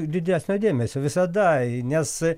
didesnio dėmesio visada nes